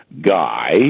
guy